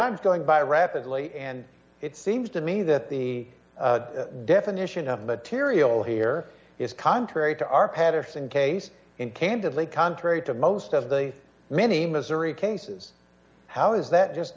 i'm going by rapidly and it seems to me that the definition of material here is contrary to our patterson case and candidly contrary to most of the many missouri cases how is that just